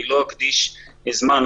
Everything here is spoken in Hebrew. לא אקדיש זמן לפרט,